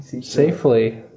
safely